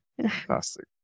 Fantastic